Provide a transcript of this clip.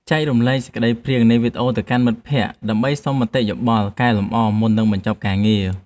ចែករំលែកសេចក្ដីព្រាងនៃវីដេអូទៅកាន់មិត្តភក្តិដើម្បីសុំមតិយោបល់កែលម្អមុននឹងបញ្ចប់ការងារ។